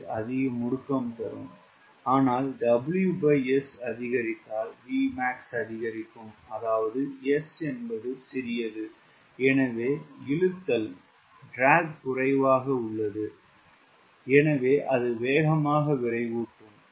இது அதிக முடுக்கம் தரும் ஆனால் WS அதிகரித்தால் Vmax அதிகரிக்கும் அதாவது S என்பது சிறியது எனவே இழுத்தல் குறைவாக உள்ளது எனவே அது வேகமாக விரைவுட்டும்